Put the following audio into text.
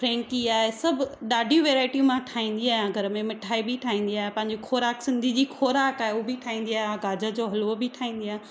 Frankie आहे सभु ॾाढी वेराइटियूं मां ठाहींदी आहियां घर में मिठाई बि आहियां पंहिंजो खोराक सिंधी जी खोराक आहे उहा बि ठाहींदी आहियां गाजर जो हलवो बि ठाहींदी आहियां